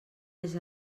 les